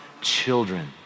children